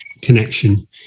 connection